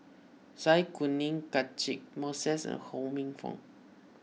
Zai Kuning Catchick Moses and Ho Minfong